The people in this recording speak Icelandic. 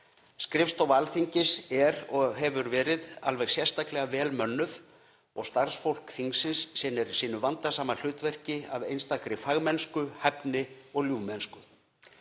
Skrifstofa Alþingis er og hefur verið alveg sérstaklega vel mönnuð og starfsfólk þingsins sinnir sínu vandasama hlutverki af einstakri fagmennsku, hæfni og ljúfmennsku.